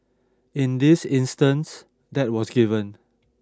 in this instance that was given